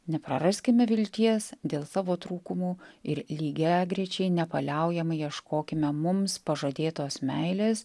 nepraraskime vilties dėl savo trūkumų ir lygiagrečiai nepaliaujamai ieškokime mums pažadėtos meilės